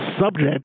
subject